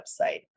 website